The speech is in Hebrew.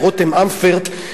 "רותם אמפרט",